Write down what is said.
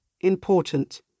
important